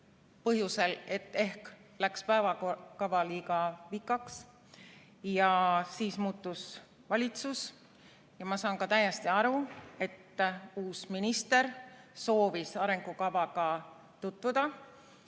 põhjusel, et ehk läks päevakord liiga pikaks. Ja siis muutus valitsus. Ma saan täiesti aru, et uus minister soovis arengukavaga tutvuda.